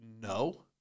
No